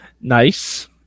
Nice